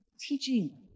teaching